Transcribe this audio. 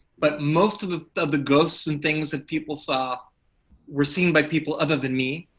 but most of the of the ghosts and things that people saw were seen by people other than me.